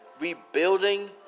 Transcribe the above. rebuilding